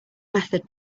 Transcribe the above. method